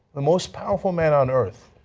the most powerful man on earth,